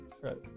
Right